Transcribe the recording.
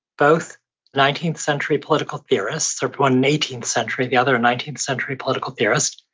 both nineteen century political theorists, one eighteen century, the other a nineteen century political theorist.